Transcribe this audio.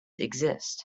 exist